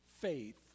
faith